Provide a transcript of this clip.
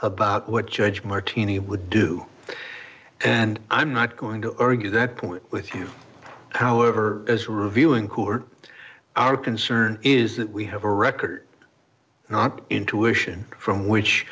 about what church martini would do and i'm not going to argue that point with you however as reviewing our concern is that we have a record not intuition from which